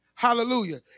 Hallelujah